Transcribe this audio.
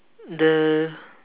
the